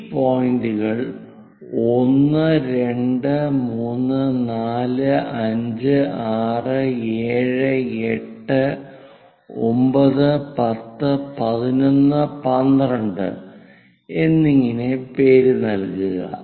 ഈ പോയിന്റുകൾക്ക് 1 2 3 4 5 6 7 8 9 10 11 12 എന്നിങ്ങനെ പേരുനൽകുക